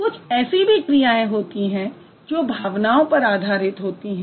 कुछ ऐसी भी क्रियाएँ होतीं हैं जो भावनाओं पर आधारित होतीं हैं